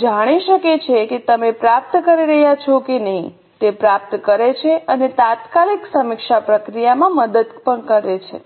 કોઈ જાણી શકે છે કે તમે પ્રાપ્ત કરી રહ્યાં છો કે નહીં તે પ્રાપ્ત કરે છે અને તે તાત્કાલિક સમીક્ષા પ્રક્રિયામાં મદદ કરે છે